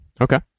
Okay